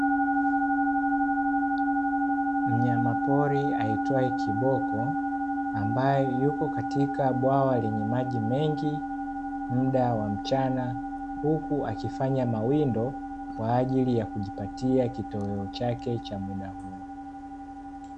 Mnyamapori aitwae kiboko, ambaye yuko katika bwawa lenye maji mengi muda wa mchana, huku akifanya mawindo kwa ajili ya kujipatia kitoweo chake wakati huo.